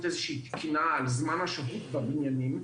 איזושהי תקינה על זמן השהות בבניינים,